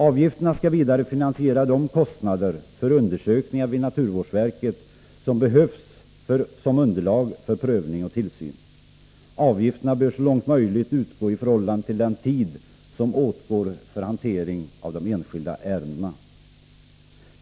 Avgifterna skall vidare finansiera de kostnader för undersökningar vid naturvårdsverket som behövs som underlag för prövning och tillsyn. Avgifterna bör så långt möjligt utgå i förhållande till den tid som åtgår för hantering av de enskilda ärendena.